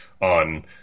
on